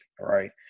right